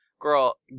Girl